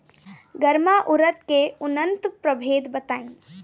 गर्मा उरद के उन्नत प्रभेद बताई?